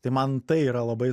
tai man tai yra labai